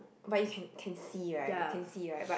but you can can see right can see right but